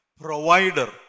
provider